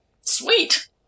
Sweet